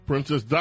Princess